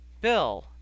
Bill